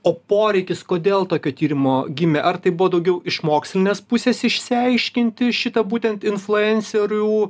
o poreikis kodėl tokio tyrimo gimė ar tai buvo daugiau iš mokslinės pusės išsiaiškinti šitą būtent influencerių